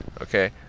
okay